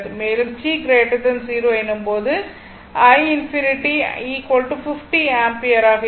மேலும் t 0 எனும் போது i∞ I 50 ஆம்பியராக இருக்கும்